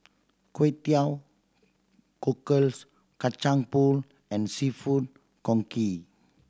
Kway Teow Cockles Kacang Pool and Seafood Congee